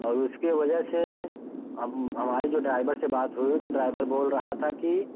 और उसके वजह से हम हमारी जो ड्राइवर से बात हुई तो ड्राइवर बोल रहा था कि